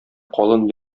калын